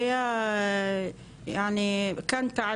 הוא היה בכיתה ט',